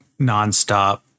nonstop